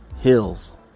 Hills